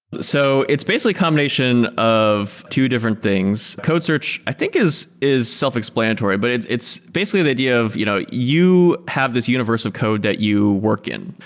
so it's basically a combination of two different things. code search i think is is self explanatory, but it's it's basically the idea of you know you have this universal code that you work in.